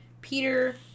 Peter